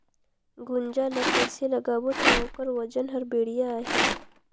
गुनजा ला कइसे लगाबो ता ओकर वजन हर बेडिया आही?